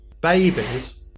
Babies